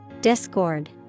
Discord